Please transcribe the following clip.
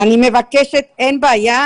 אין בעיה,